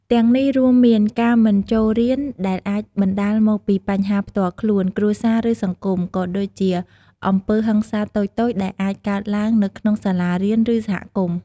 ទាំងនេះរួមមាន ការមិនចូលរៀន ដែលអាចបណ្តាលមកពីបញ្ហាផ្ទាល់ខ្លួន គ្រួសារ ឬសង្គម ក៏ដូចជា អំពើហិង្សាតូចៗ ដែលអាចកើតឡើងនៅក្នុងសាលារៀន ឬសហគមន៍។